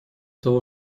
того